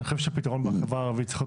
אני חושב שפתרון בחברה הערבית צריך להיות